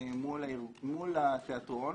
מול התיאטרון,